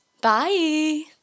Bye